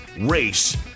race